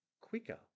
quicker